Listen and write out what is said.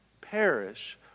perish